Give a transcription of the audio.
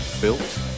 built